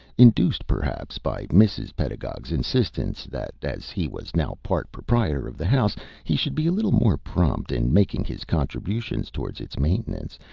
induced perhaps by mrs. pedagog's insistence that as he was now part proprietor of the house he should be a little more prompt in making his contributions towards its maintenance,